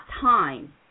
time